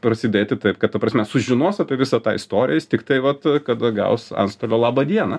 prasidėti taip kad ta prasme sužinos apie visą tą istoriją jis tiktai vat kada gaus antstolio laba diena